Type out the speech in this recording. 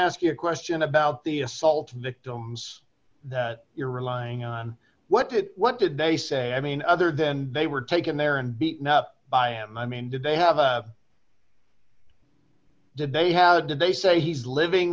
ask you a question about the assault victims that you're relying on what did what did they say i mean other than they were taken there and beaten up by and i mean did they have a did they have a did they say he's living